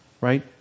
right